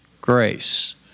grace